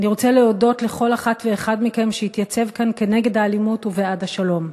אני רוצה להודות לכל אחת ואחד מכם שהתייצב כאן כנגד האלימות ובעד השלום.